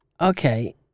Okay